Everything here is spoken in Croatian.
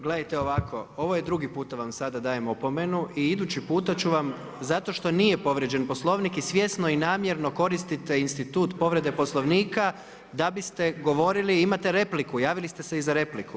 Gledajte ovako, ovo je drugi puta vam sada dajem opomenu i idući puta ću vam zato što nije povrijeđen Poslovnik i svjesno i namjerno koristite institut povrede Poslovnika da biste govorili, imate repliku, javili ste se i za repliku.